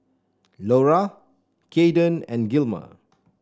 Lora Kaden and Gilmer